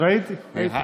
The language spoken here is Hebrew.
ראיתי, ראיתי.